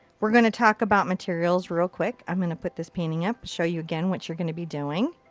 we're gonna talk about materials real quick. i'm gonna put this painting up. show you again what you're gonna be doing.